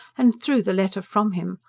and threw the letter from him.